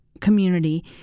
community